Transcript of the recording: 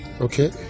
Okay